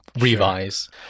revise